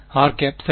rˆ சரி